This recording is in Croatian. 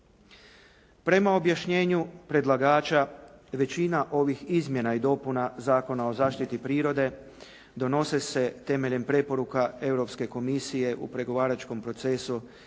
Prema objašnjenju predlagača, većina ovih izmjena i dopuna Zakona o zaštiti prirode, donose se temeljem preporuka Europske komisije u pregovaračkom procesu